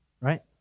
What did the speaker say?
right